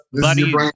buddy